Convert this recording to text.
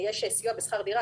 יש סיוע בשכר דירה.